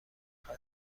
گفتن